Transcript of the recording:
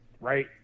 Right